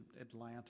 Atlanta